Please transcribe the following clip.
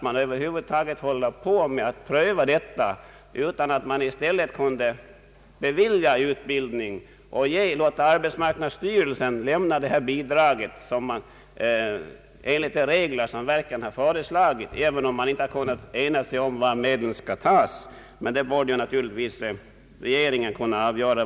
Man borde i stället kunna låta arbetsmarknadsstyrelsen lämna extra bidrag till dem som på detta sätt är under utbildning även om man inte kan ena sig om var medlen skall tas. Den saken bör naturligtvis regeringen kunna avgöra.